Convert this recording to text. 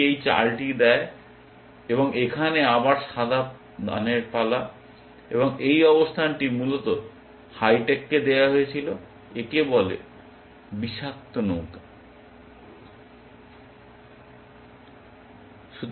এটি এই চালটি দেয় এবং এখন এবার সাদার দানের পালা এবং এই অবস্থানটি মূলত হাই টেককে দেওয়া হয়েছিল একে বলা হয় বিষাক্ত নৌকা